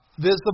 visible